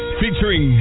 featuring